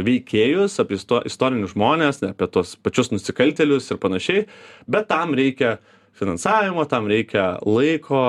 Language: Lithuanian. veikėjus apie isto istorinius žmones e apie tuos pačius nusikaltėlius ir panašiai bet tam reikia finansavimo tam reikia laiko